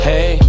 Hey